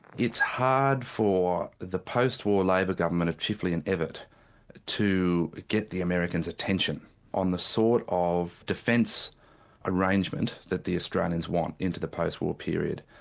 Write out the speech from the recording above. it's hard for the post-war labor government of chifley and evatt to get the americans' attention on the sort of defence arrangement that the australians want, into the post war period.